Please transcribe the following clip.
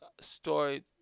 story